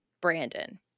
Brandon